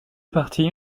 parties